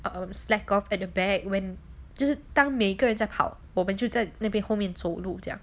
um slack off at the back when 就是当每个人在跑我们就在那边后面走路这样